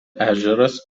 ežeras